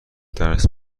درس